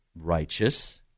righteous